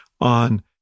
on